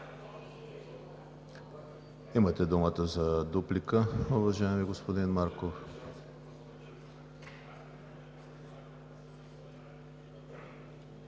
Имате думата за дуплика, уважаеми господин Марков.